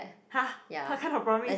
!huh! what kind of promise